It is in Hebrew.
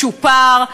צ'ופר.